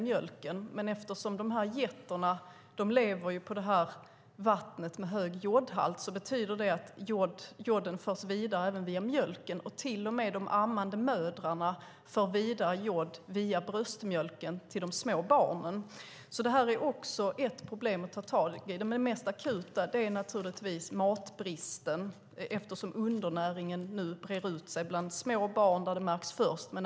Men eftersom getterna lever på vatten med hög jodhalt betyder det att joden förs vidare via mjölken. Och de ammande mödrarna för vidare jod via bröstmjölken till de små barnen. Det här är också ett problem att ta tag i. Men det mest akuta är naturligtvis matbristen, eftersom undernäringen nu breder ut sig bland små barn, där det märks först.